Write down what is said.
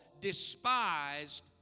despised